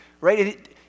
right